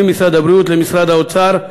ממשרד הבריאות למשרד האוצר,